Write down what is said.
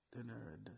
dinner